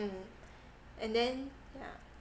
mm and then yeah